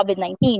COVID-19